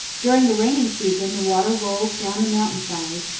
during the rainy season the water rolls down the mountain side,